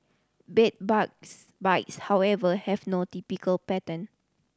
bed bugs bites however have no typical pattern